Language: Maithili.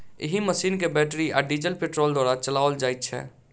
एहि मशीन के बैटरी आ डीजल पेट्रोल द्वारा चलाओल जाइत छै